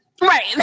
Right